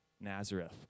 Nazareth